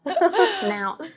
Now